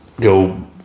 go